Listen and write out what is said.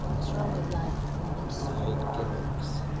what's wrong with live performance? i hate gimmicks.